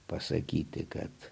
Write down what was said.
pasakyti kad